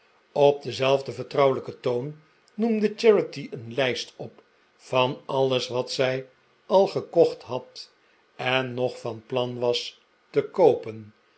op denzelfden vertrouwelijken toon noemde charity een lijst op van alles wat zij al gekocht had en nog van plan was te koopen